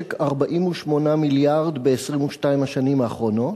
למשק 48 מיליארד ב-22 השנים האחרונות.